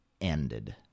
ended